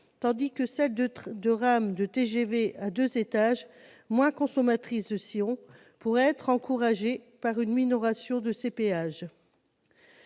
tandis que celle de rames de TGV à deux étages, moins consommatrices de sillons, pourrait être encouragée par une minoration de ces